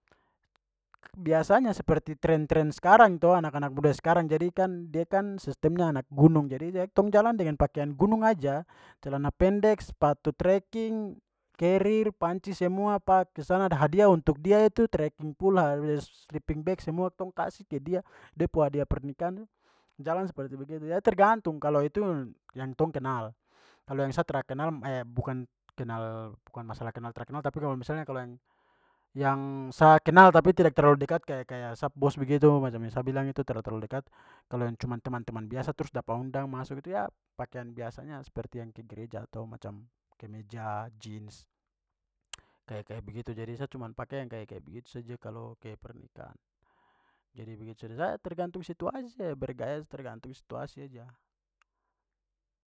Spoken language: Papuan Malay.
Biasanya seperti tren-tren sekarang to anak-anak muda sekarang. Jadi kan dia kan sistemnya anak gunung jadi tong jalan dengan pakian gunung aja, celana pendek, sepatu tracking, carier, panci semua apa ke sana. Ada hadiah untuk dia itu tracking sleeping bag semua tong kasi ke dia de pu hadiah pernikahan tu, jalan seperti begitu. Ya tergantung, kalo itu yang kitong kenal, kalo yang sa tra kenal bukan kenal- bukan masalah kenal tra kenal tapi kalo misalnya kalo yang- yang sa kenal tapi tidak terlalu dekat kayak- kayak sa pu bos begitu macam yang sa bilang itu tara terlalu dekat, kalo yang cuman teman-teman biasa trus dapat undang masuk itu ya pakian biasanya seperti yang ke gereja atau macam kemeja, jeans, kayak-kayak begitu, jadi sa cuman pake yang kayak-kayak begitu saja kalau ke pernikahan. Jadi begitu selesai tergantung situasi saja, bergaya tergantung situasi aja.